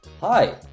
Hi